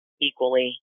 equally